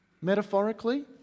metaphorically